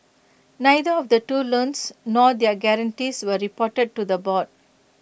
neither of the two loans nor their guarantees were reported to the board